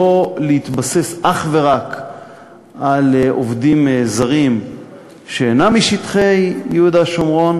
לא להתבסס אך ורק על עובדים זרים שאינם משטחי יהודה ושומרון,